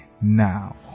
now